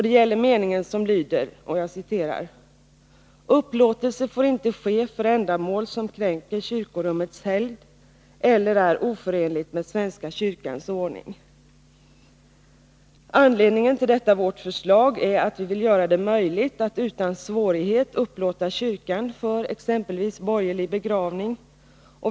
Det gäller den mening som lyder: ”Upplåtelse får inte ske för ändamål som kränker kyrkorummets helgd eller är oförenligt med svenska kyrkans ordning.” Anledningen till detta vårt förslag är att vi vill göra det möjligt att utan svårighet upplåta kyrkan för exempelvis borgerlig begravning.